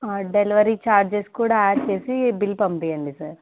delivery charges కూడా add చేసి bill పంపించండి సార్